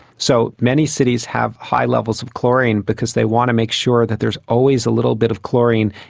so, many cities have high levels of chlorine because they want to make sure that there's always a little bit of chlorine,